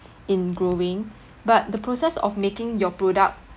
in growing but the process of making your product